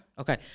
Okay